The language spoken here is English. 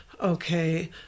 okay